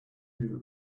that